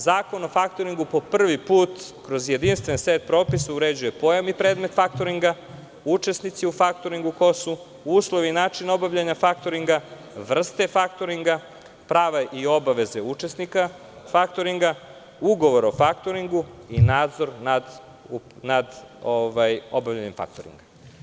Zakon o faktoringu po prvi put kroz jedinstven set propisa uređuje pojam i predmet faktoringa, ko su učesnici u faktoringu, uslovi i način obavljanja faktoringa, vrste faktoringa, prava i obaveze učesnika faktoringa, ugovor o faktoringu i nadzor nad obavljanjem faktoringa.